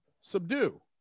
subdue